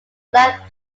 life